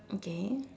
okay